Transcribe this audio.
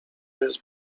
jest